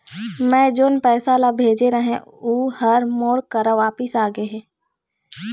मै जोन पैसा ला भेजे रहें, ऊ हर मोर करा वापिस आ गे हे